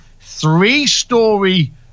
three-story